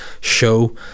show